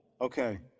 Okay